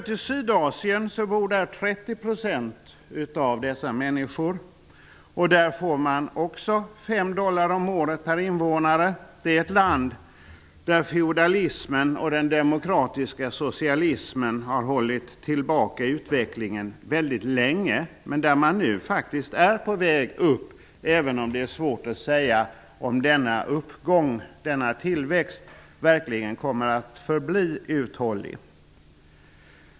I Sydasien bor 30 % av de fattiga. Där får man också 5 dollar om året per invånare. Det är länder där feodalismen och den demokratiska socialismen hållit tillbaka utvecklingen väldigt länge men där man nu faktiskt är på väg upp, även om det är svårt att säga om tillväxten verkligen kommer att förbli uthållig.